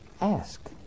Ask